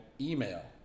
email